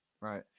right